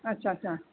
अच्छा अच्छा